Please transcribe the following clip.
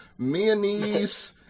Mianese